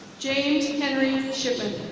james henry shippen.